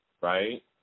right